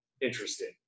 interesting